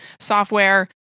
software